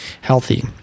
healthy